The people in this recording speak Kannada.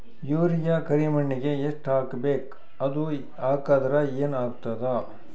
ಯೂರಿಯ ಕರಿಮಣ್ಣಿಗೆ ಎಷ್ಟ್ ಹಾಕ್ಬೇಕ್, ಅದು ಹಾಕದ್ರ ಏನ್ ಆಗ್ತಾದ?